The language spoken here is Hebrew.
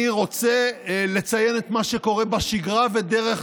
אני רוצה לציין את מה שקורה בשגרה ודרך